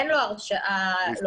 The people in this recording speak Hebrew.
אין לו הרשעה פלילית.